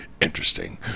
interesting